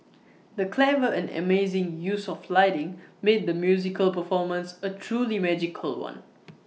the clever and amazing use of lighting made the musical performances A truly magical one